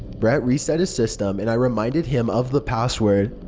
brett reset his system, and i reminded him of the password.